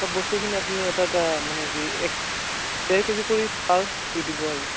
চব বস্তুখিনি আপুনি এটা এটা মানে কি এক ডেৰ কে জি কৰি পাৰ দি দিব আৰু